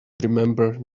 remember